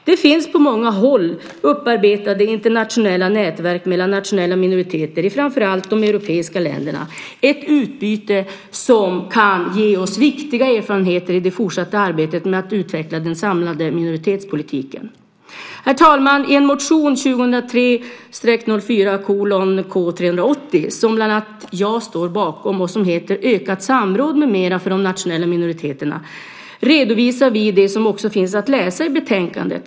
Det finns på många håll upparbetade internationella nätverk mellan nationella minoriteter i framför allt de europeiska länderna, ett utbyte som kan ge oss viktiga erfarenheter i det fortsatta arbetet med att utveckla den samlade minoritetspolitiken. I motion 2003/04:K380, som bland andra jag står bakom och som heter Ökat samråd m.m. för de nationella minoriteterna , redovisar vi det som också finns att läsa i betänkandet.